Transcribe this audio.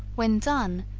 when done,